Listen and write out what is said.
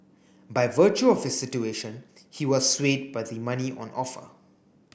by virtue of his situation he was swayed by the money on offer